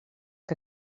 que